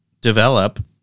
develop